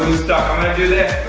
stuck, i'm gonna do this,